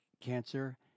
cancer